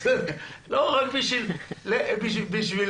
בסדר, רק בשביל להרגיע.